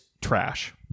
trash